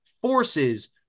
forces